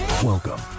Welcome